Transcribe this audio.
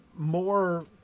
more